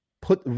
put